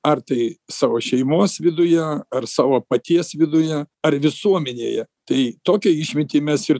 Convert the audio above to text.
ar tai savo šeimos viduje ar savo paties viduje ar visuomenėje tai tokią išmintį mes ir